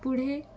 पुढे